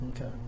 okay